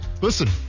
listen